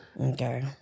Okay